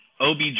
OBJ